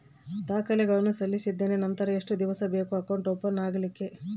ದಾಖಲೆಗಳನ್ನು ಸಲ್ಲಿಸಿದ್ದೇನೆ ನಂತರ ಎಷ್ಟು ದಿವಸ ಬೇಕು ಅಕೌಂಟ್ ಓಪನ್ ಆಗಲಿಕ್ಕೆ?